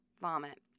vomit